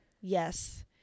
Yes